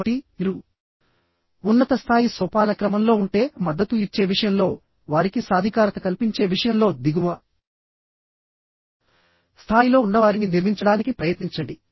కాబట్టి మీరు ఉన్నత స్థాయి సోపానక్రమంలో ఉంటే మద్దతు ఇచ్చే విషయంలో వారికి సాధికారత కల్పించే విషయంలో దిగువ స్థాయిలో ఉన్నవారిని నిర్మించడానికి ప్రయత్నించండి